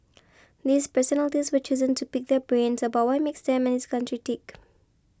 these personalities were chosen to pick their brains about what makes them and this country tick